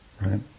Right